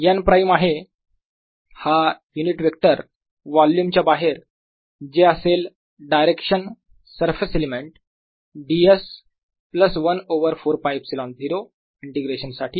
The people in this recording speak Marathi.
n प्राईम आहे हा युनिट वेक्टर वोल्युम च्या बाहेर जे असेल direction surface element ds plus one over 4πε0 integration साठी